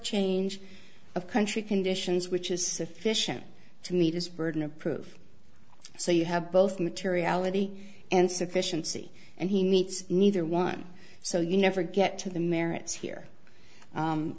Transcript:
change of country conditions which is sufficient to meet his burden of proof so you have both materiality and sufficiency and he meets neither one so you never get to the merits here